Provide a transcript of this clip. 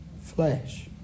flesh